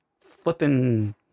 flipping